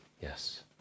Yes